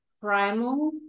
primal